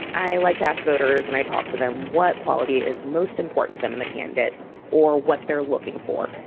i like to ask voters when i talk to them what quality is most important to them in the candidate or what they're looking for.